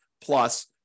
plus